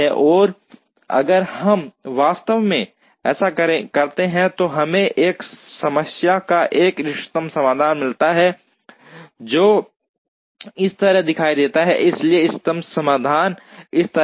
और अगर हम वास्तव में ऐसा करते हैं तो हमें इस समस्या का एक इष्टतम समाधान मिलता है जो इस तरह दिखाई देगा इसलिए इष्टतम समाधान इस तरह है